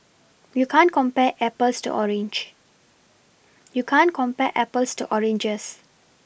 you can't compare Apples to orange you can't compare Apples to oranges